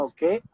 Okay